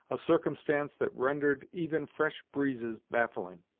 a circumstance that rendered even fresh breezes baffling,